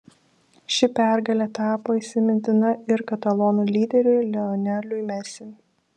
ši pergalė tapo įsimintina ir katalonų lyderiui lioneliui messi